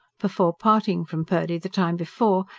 before parting from purdy, the time before,